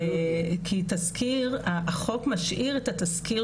כי החוק משאיר את התזכיר